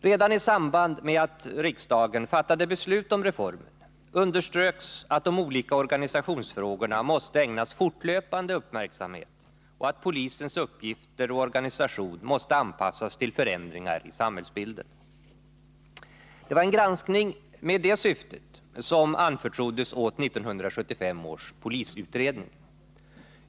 Redan i samband med att riksdagen fattade beslut om reformen underströks att de olika organisationsfrågorna måste ägnas fortlöpande uppmärksamhet och att polisens uppgifter och organisation måste anpassas till förändringar i samhällsbilden. Det var en granskning med detta syfte som anförtroddes åt 1975 års polisutredning.